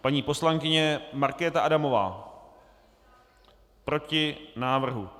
Paní poslankyně Markéta Adamová: Proti návrhu.